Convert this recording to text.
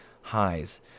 highs